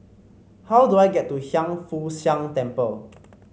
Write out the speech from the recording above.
how do I get to Hiang Foo Siang Temple